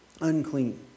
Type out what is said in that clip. unclean